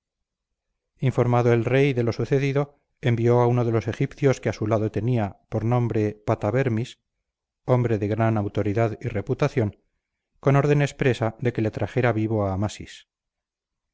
informado el rey de lo sucedido envió a uno de los egipcios que a su lado tenía por nombre patabermis hombre de gran autoridad y reputación con orden expresa de que le trajera vivo a amasis